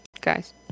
Guys